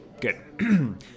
Good